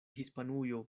hispanujo